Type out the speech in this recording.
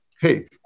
hey